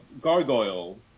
gargoyle